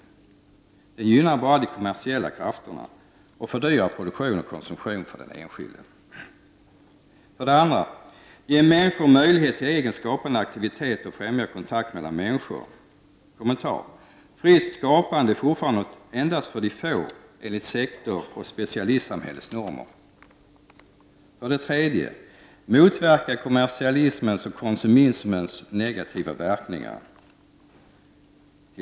Reklamen gynnar bara de kommersiella krafterna och fördyrar produktion och konsumtion för den enskilde. För det andra bör kulturpolitiken ge människor möjlighet till egen skapande aktivitet och främja kontakt mellan människor. Kommentar: Fritt skapande är fortfarande något endast för de få enligt sektoroch specialsamhällets normer. För det tredje bör kulturpolitiken motverka kommersialismens och konsumismens negativa verkningar.